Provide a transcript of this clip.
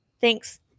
Thanks